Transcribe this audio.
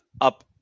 up